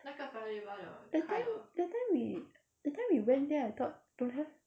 that time that time we that time we went there I thought don't have